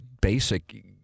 basic